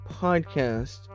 podcast